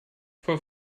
vor